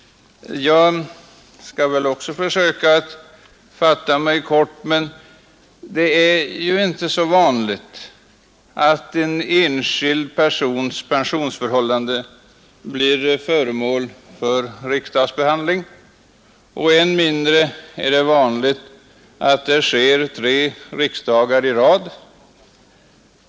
Jag skall väl också försöka fatta mig kort. Men det är ju inte så vanligt att en enskild persons pensionsförhållande blir föremål för riksdagsbehandling, och ännu mindre vanligt är att det sker tre år i rad.